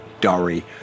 Dari